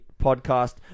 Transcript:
podcast